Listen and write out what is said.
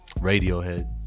Radiohead